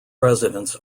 residents